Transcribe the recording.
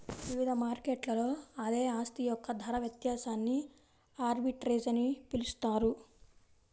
వివిధ మార్కెట్లలో అదే ఆస్తి యొక్క ధర వ్యత్యాసాన్ని ఆర్బిట్రేజ్ అని పిలుస్తారు